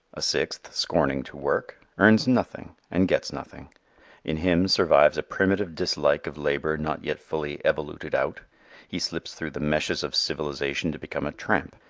a sixth, scorning to work, earns nothing and gets nothing in him survives a primitive dislike of labor not yet fully evoluted out he slips through the meshes of civilization to become a tramp,